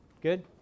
Good